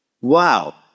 Wow